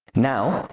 now,